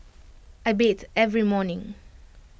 I bathe every morning